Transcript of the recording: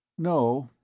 no,